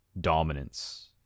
dominance